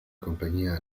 compañía